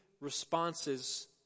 responses